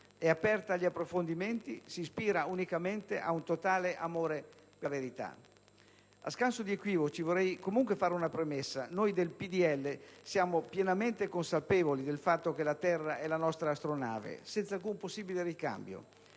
è aperta agli approfondimenti, si ispira unicamente ad un totale amore per la verità. A scanso di equivoci, vorrei comunque fare una premessa. Noi del PdL siamo pienamente consapevoli del fatto che la terra è la nostra astronave, senza alcun possibile ricambio.